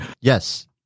Yes